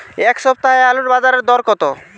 এ সপ্তাহে আলুর বাজারে দর কত?